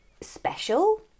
special